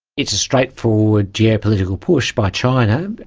it's a straightforward geopolitical push by china,